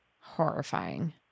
horrifying